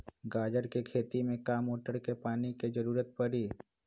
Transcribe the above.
गाजर के खेती में का मोटर के पानी के ज़रूरत परी?